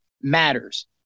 matters